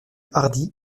hardis